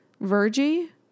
Virgie